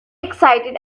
excited